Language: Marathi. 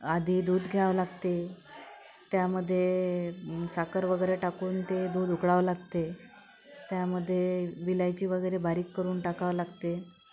आधी दूध घ्यावं लागते त्यामध्ये साखर वगैरे टाकून ते दूध उकळावं लागते त्यामधे वेलची वगैरे बारीक करून टाकावं लागते